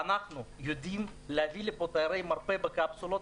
ואנחנו יודעים להביא לפה תיירי מרפא בקפסולות,